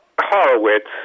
Horowitz